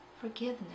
Forgiveness